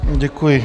Děkuji.